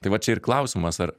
tai va čia ir klausimas ar